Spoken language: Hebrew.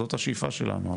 זו השאיפה שלנו.